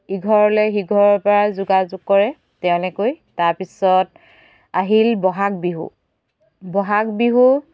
ইঘৰলৈ সিঘৰৰ পৰা যোগাযোগ কৰে তেনেকৈ তাৰপিছত আহিল বহাগ বিহু বহাগ বিহু